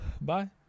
bye